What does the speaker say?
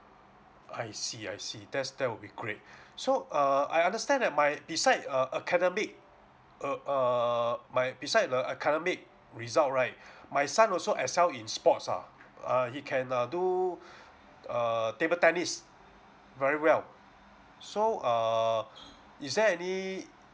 I see I see that's that will be great so err I understand that my beside uh academic uh err my beside the academic result right my son also excel in sports ah uh he can uh do err table tennis very well so err is there any